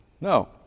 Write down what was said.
No